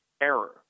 error